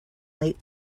late